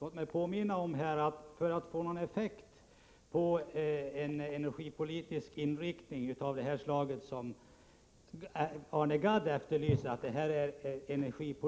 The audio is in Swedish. Låt mig då påminna om att för att uppnå någon effekt med en energipolitisk inriktning av det slag som Arne Gadd efterlyser och som framgår